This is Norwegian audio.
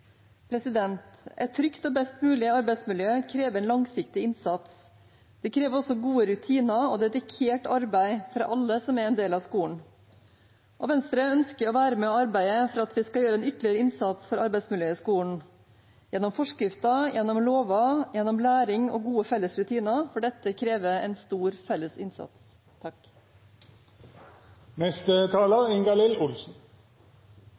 trygt og best mulig arbeidsmiljø krever en langsiktig innsats. Det krever også gode rutiner og dedikert arbeid for alle som er en del av skolen. Venstre ønsker å være med og arbeide for at vi skal gjøre en ytterligere innsats for arbeidsmiljøet i skolen – gjennom forskrifter, gjennom lover, gjennom læring og gode felles rutiner – for dette krever en stor felles innsats.